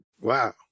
Wow